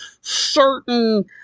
certain